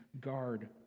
guard